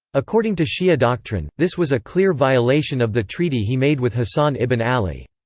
according to shi'a doctrine, this was a clear violation of the treaty he made with hasan ibn ali.